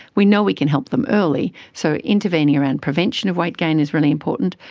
we know we can help them early. so intervening around prevention of weight gain is really important.